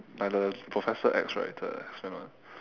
like the professor X right the X men one